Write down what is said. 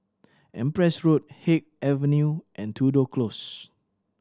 Empress Road Haig Avenue and Tudor Close